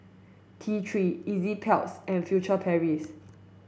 T three Enzyplex and Furtere Paris